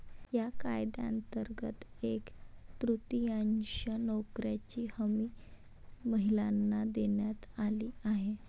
या कायद्यांतर्गत एक तृतीयांश नोकऱ्यांची हमी महिलांना देण्यात आली आहे